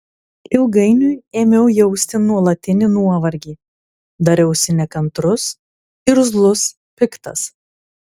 ilgainiui ėmiau jausti nuolatinį nuovargį dariausi nekantrus irzlus piktas